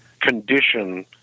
condition